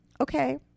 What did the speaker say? Okay